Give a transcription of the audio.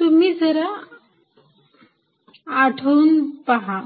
तुम्ही जरा आठवून पहा